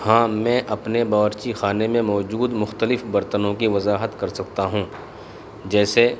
ہاں میں اپنے باورچی خانے میں موجود مختلف برتنوں کی وضاحت کر سکتا ہوں جیسے